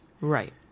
Right